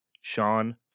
Sean